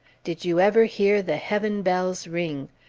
did you ever hear the heaven bells ring?